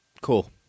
Cool